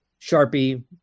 Sharpie